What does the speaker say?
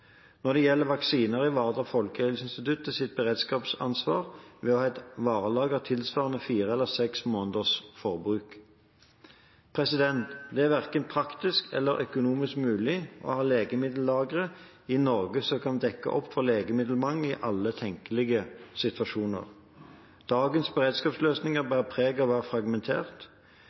Når det gjelder vaksiner, ivaretar Folkehelseinstituttet sitt beredskapsansvar ved å ha et varelager tilsvarende fire eller seks måneders forbruk. Det er verken praktisk eller økonomisk mulig å ha legemiddellagre i Norge som kan dekke opp for legemiddelmangel i alle tenkelige situasjoner. Dagens beredskapsløsninger bærer preg av å være fragmentert.